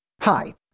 Hi